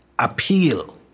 Appeal